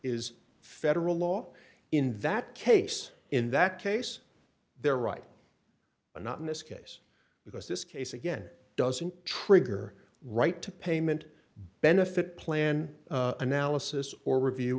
is federal law in that case in that case they're right and not in this case because this case again doesn't trigger right to payment benefit plan analysis or review